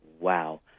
Wow